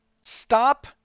stop